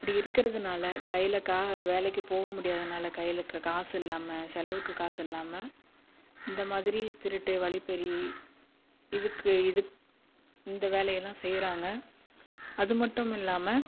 அப்படி இருக்கிறதுனால் கையில் வேலைக்கு போக முடியாததுனால் கையில் காசு இல்லாமல் செலவுக்கு காசு இல்லாமகே இந்த மாதிரி திருட்டு வழிப்பறி இதுக்கு இந்த வேலை எல்லாம் செய்கிறாங்க அது மட்டும் இல்லாமல்